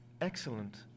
Excellent